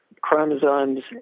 chromosomes